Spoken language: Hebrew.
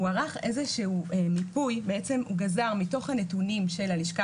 הוא ערך איזה שהוא מיפוי בעצם הוא גזר מתוך הנתונים של הלשכה